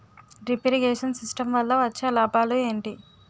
Drip irrigation system వల్ల వచ్చే లాభాలు ఏంటి?